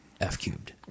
F-cubed